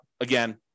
again